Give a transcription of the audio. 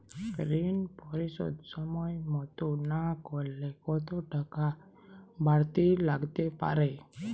ঋন পরিশোধ সময় মতো না করলে কতো টাকা বারতি লাগতে পারে?